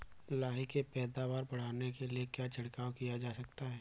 लाही की पैदावार बढ़ाने के लिए क्या छिड़काव किया जा सकता है?